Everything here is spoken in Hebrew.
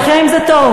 תחיה עם זה טוב.